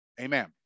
Amen